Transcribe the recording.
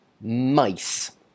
mice